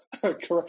Correct